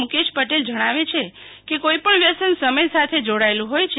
મુકેશ પટેલ જણાવે છે કે કોઈપણ વ્યસન સમય સાથે જોડાયેલુ હોય છે